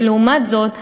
ולעומת זאת,